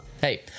hey